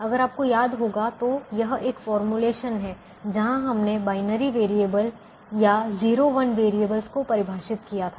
अगर आपको याद होगा तो यह एक फॉर्मूलेशन है जहाँ हमने बाइनरी वैरिएबल या 0 1 वैरिएबल को परिभाषित किया था